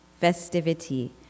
festivity